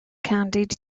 candied